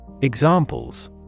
Examples